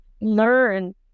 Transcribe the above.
learn